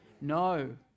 No